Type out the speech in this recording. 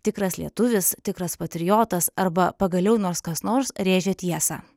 tikras lietuvis tikras patriotas arba pagaliau nors kas nors rėžė tiesą